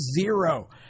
zero